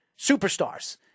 Superstars